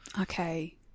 okay